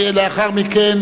ולאחר מכן,